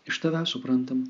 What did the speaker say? iš tavęs suprantam